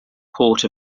port